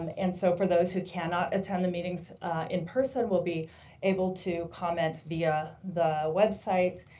um and so for those who cannot attend the meetings in person, will be able to comment via the website.